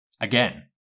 Again